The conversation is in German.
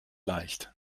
leicht